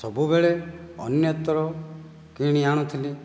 ସବୁବେଳେ ଅନ୍ୟତ୍ର କିଣି ଆଣୁଥିଲି